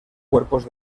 cuerpos